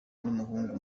n’umuhungu